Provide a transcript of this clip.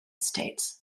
states